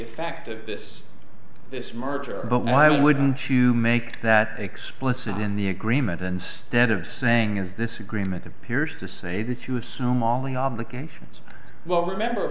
effect of this this merger but why wouldn't you make that explicit in the agreement instead of saying is this agreement appears to say that you assume all the obligations well remember